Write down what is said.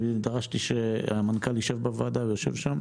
דרשתי שהמנכ"ל יישב בוועדה והוא יושב שם.